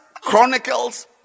Chronicles